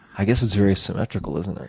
i guess it's very symmetrical, isn't it?